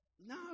no